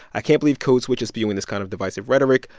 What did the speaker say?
i can't believe code switch is spewing this kind of divisive rhetoric,